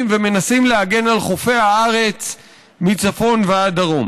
ומנסים להגן על חופי הארץ מצפון ועד דרום.